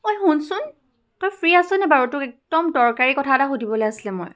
ঐ শুনচোন তোৰ ফ্ৰী আছনে বাৰু তোক একদম দৰকাৰী কথা এটা সুধিবলৈ আছিলে মই